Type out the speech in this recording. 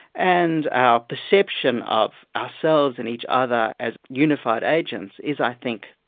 and our perception of ourselves and each other as unified agents, is i think,